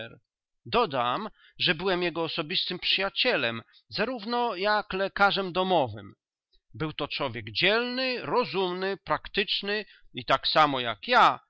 dodam że byłem jego osobistym przyjacielem zarówno jak lekarzem domowym był to człowiek dzielny rozumny praktyczny i tak samo jak ja